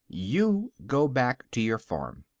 you go back to your farm.